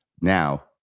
now